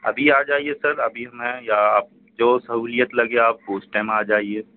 ابھی آ جائیے سر ابھی ہم ہیں یا آپ جو سہولت لگے آپ کو اس ٹیم آ جائیے